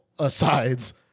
asides